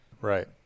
Right